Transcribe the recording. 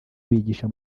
bigisha